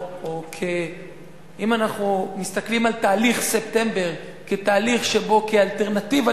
אם אנחנו מסתכלים על תהליך ספטמבר כתהליך שבו כאלטרנטיבה